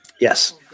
Yes